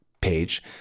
page